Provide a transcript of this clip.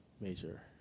Major